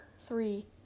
three